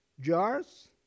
Jars